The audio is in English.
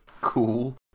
cool